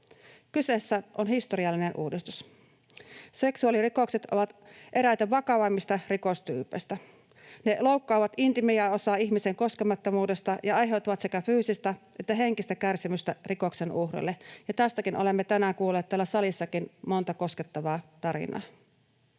Kyseessä on historiallinen uudistus. Seksuaalirikokset ovat eräitä vakavimmista rikostyypeistä. Ne loukkaavat intiimiä osaa ihmisen koskemattomuudesta ja aiheuttavat sekä fyysistä että henkistä kärsimystä rikoksen uhrille, ja tästäkin olemme tänään kuulleet täällä salissakin monta koskettavaa tarinaa.